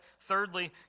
Thirdly